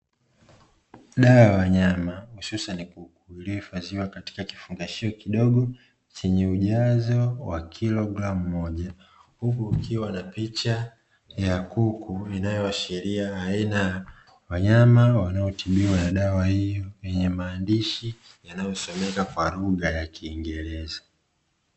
Dawa ya wanyama hususani kuku iliyohifadhiwa katika kifungashio kidogo chenye ujazo wa kilogramu moja, ikiwa na picha ya kuku inayoashiria aina ya wanyama inayotibiwa na dawa hiyo yenye maandishi ya lugha ya kingereza.